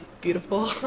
beautiful